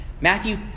Matthew